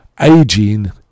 aging